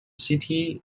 city